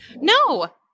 No